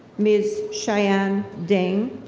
ms. cheyenne dane,